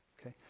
Okay